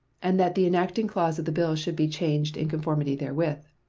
and that the enacting clause of the bill should be changed in conformity therewith.